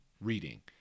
reading